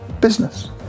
business